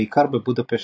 בעיקר בבודפשט,